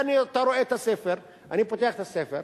אני רואה את הספר, אני פותח את הספר,